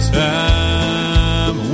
time